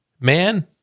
man